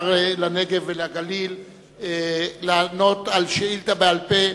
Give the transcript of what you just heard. לפיתוח הנגב והגליל לענות על שאילתא בעל-פה